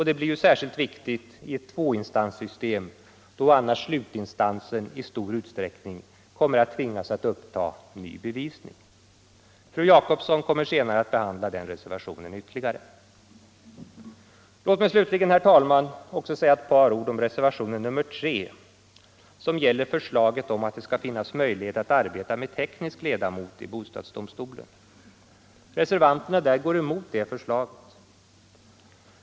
Det blir ju särskilt viktigt i ett tvåinstanssystem, då annars slutinstansen i stor utsträckning kommer att tvingas uppta ny bevisning. Fru Jacobsson kommer senare att behandla den reservationen ytterligare. Låt mig slutligen, fru talman, också säga ett par ord om reservationen 3, som gäller förslaget om att det skall finnas möjlighet att arbeta med teknisk ledamot i bostadsdomstolen. Reservanterna där går emot det förslaget.